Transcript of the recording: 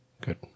Good